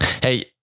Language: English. Hey